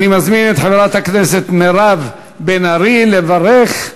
33 בעד, אין מתנגדים ואין נמנעים.